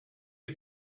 you